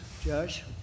Josh